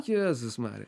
jėzus marija